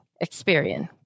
experience